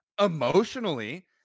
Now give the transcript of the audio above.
emotionally